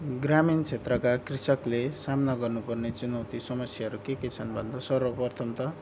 ग्रामीण क्षेत्रका कृषकले सामना गर्नुपर्ने चुनौती समस्याहरू के के छन् भन्दा सर्वप्रथम त